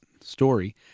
story